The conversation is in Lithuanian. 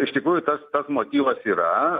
iš tikrųjų tas tas motyvas yra